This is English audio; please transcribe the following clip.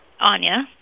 Anya